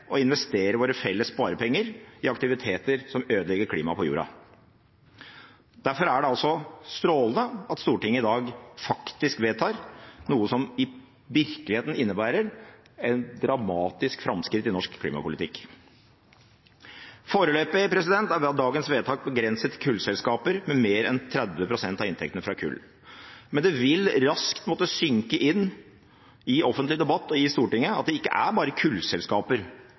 investere våre felles sparepenger i aktiviteter som ødelegger klimaet på jorda. Derfor er det altså strålende at Stortinget i dag faktisk vedtar noe som i virkeligheten innebærer et dramatisk framskritt i norsk klimapolitikk. Foreløpig er dagens vedtak begrenset til kullselskaper med mer enn 30 pst. av inntektene fra kull. Men det vil raskt måtte synke inn i offentlig debatt og i Stortinget at det ikke er bare kullselskaper